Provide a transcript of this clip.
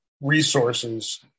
resources